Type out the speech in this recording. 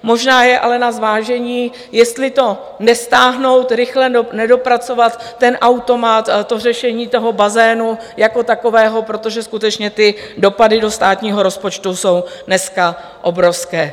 Možná je ale na zvážení, jestli to nestáhnout, rychle nedopracovat automat a řešení toho bazénu jako takového, protože skutečně ty dopady do státního rozpočtu jsou dneska obrovské.